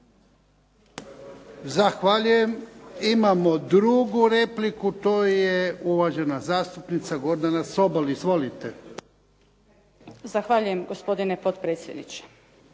Zahvaljujem. Imamo drugu repliku, to je uvažena zastupnica Gordana Sobol. Izvolite. **Sobol, Gordana (SDP)** Zahvaljujem gospodine potpredsjednice.